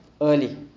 early